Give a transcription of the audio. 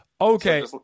Okay